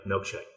milkshake